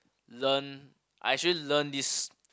learn I actually learn this